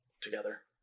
together